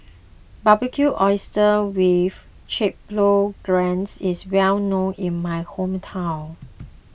Barbecued Oysters with Chipotle Glaze is well known in my hometown